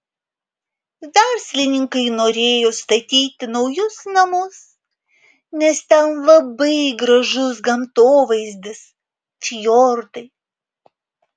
verslininkai norėjo statyti naujus namus nes ten labai gražus gamtovaizdis fjordai